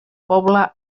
poble